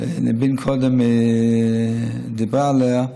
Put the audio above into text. ניבין קודם דיברה עליו,